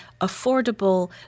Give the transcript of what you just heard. affordable